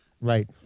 right